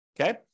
Okay